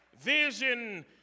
Vision